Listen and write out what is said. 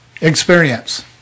experience